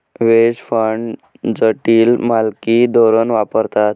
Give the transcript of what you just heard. veg fund जटिल मालकी धोरण वापरतात